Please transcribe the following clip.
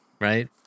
Right